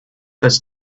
this